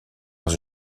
dans